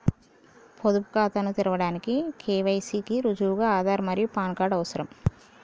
పొదుపు ఖాతాను తెరవడానికి కే.వై.సి కి రుజువుగా ఆధార్ మరియు పాన్ కార్డ్ అవసరం